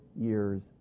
years